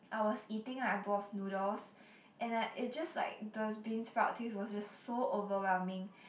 I was eating a bowl of noodles and I it just like the beansprout taste was just so overwhelming